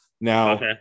now